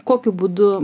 kokiu būdu